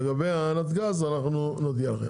לגבי נתג"ז אנחנו נודיע לכם.